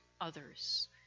others